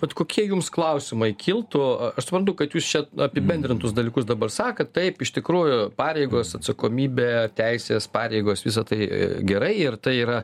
vat kokie jums klausimai kiltų aš suprantu kad jūs čia apibendrintus dalykus dabar sakot taip iš tikrųjų pareigos atsakomybė teisės pareigos visa tai gerai ir tai yra